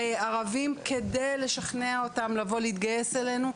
פועלים כדי לשכנע אותם לבוא להתגייס אלינו,